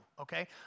okay